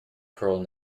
pearl